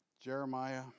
Jeremiah